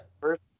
first